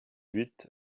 huit